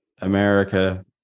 America